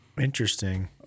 Interesting